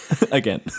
Again